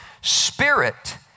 Spirit